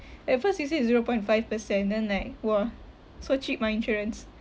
at first he said zero point five percent then like !wah! so cheap mah insurance